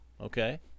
Okay